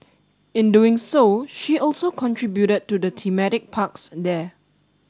in doing so she also contributed to the thematic parks there